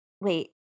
wait